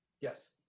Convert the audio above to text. Yes